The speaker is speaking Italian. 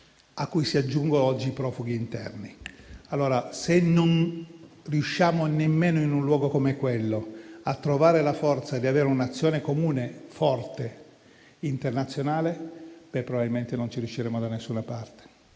a cui si aggiungono oggi quelli interni. Se non riusciamo nemmeno in un luogo come quello a trovare la forza di avere un'azione internazionale comune forte, probabilmente non ci riusciremo da nessuna parte.